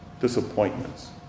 disappointments